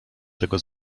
tego